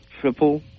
triple